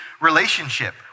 relationship